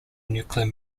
nuclear